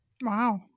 Wow